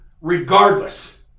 regardless